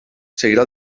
seguirà